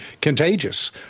contagious